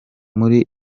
muri